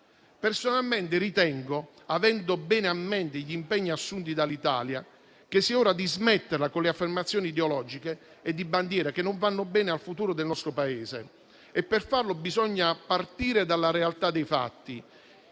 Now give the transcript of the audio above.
Personalmente, avendo bene a mente gli impegni assunti dall'Italia, ritengo che sia ora di smetterla con le affermazioni ideologiche e di bandiera che non fanno bene al futuro del nostro Paese. Per fare ciò bisogna partire dalla realtà dei fatti.